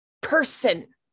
person